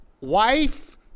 Wife